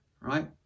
Right